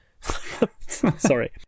Sorry